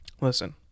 listen